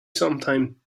sometime